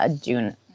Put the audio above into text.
June